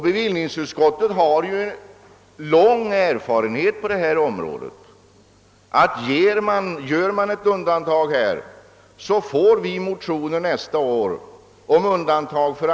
Bevillningsutskottet har lång erfarenhet av att det, om man ett år gör ett undantag, nästa år väcks motioner om andra undantag.